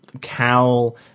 cowl